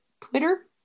Twitter